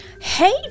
Hey